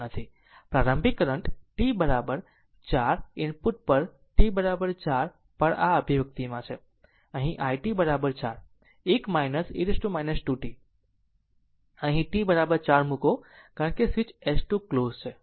પ્રારંભિક current t 4 input પર t 4 પર આ અભિવ્યક્તિમાં છે અહીં i t 4 1 e t 2 t અહીં t 4 પર મૂકો કારણ કે સ્વીચ S 2 ક્લોઝ છે